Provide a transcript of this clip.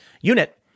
unit